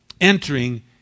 Entering